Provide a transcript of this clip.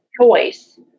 choice